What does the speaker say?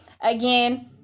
again